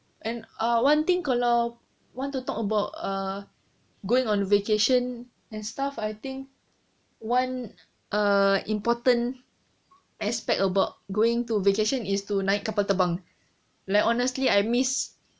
and err one thing kalau want to talk about uh going on vacation and stuff I think one err important aspect about going to vacation is to naik kapal terbang like honestly I miss